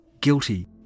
Guilty